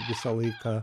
visą laiką